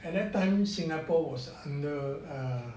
at that time singapore was under err